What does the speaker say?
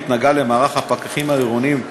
נגע למערך הפקחים העירוניים הרגילים,